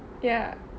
ya